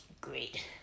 great